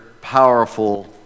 powerful